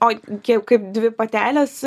oi kie jau kaip dvi patelės